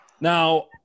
Now